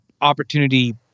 Opportunity